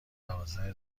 دوازده